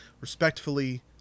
respectfully